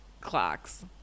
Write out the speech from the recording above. clocks